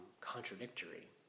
contradictory